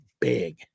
big